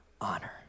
honor